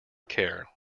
care